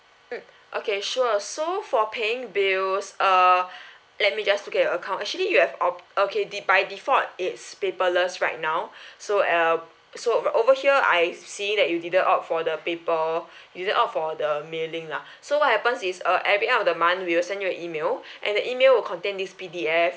mm okay sure so for paying bills err let me just to clear your account actually you have opt okay de~ by default it's paperless right now so uh so ov~ over here I see that you didn't opt for the paper you did opt for the mailing lah so what happens is uh every end of the month we will send you an email and the email will contain this P_D_F